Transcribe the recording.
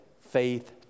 faith